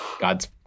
God's